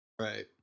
Right